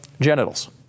genitals